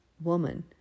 woman